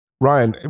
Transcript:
Ryan